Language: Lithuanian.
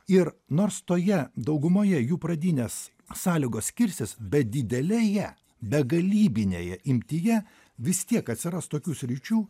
ir nors toje daugumoje jų pradinės sąlygos skirsis bet didelėje begalybinėje imtyje vis tiek atsiras tokių sričių